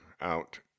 out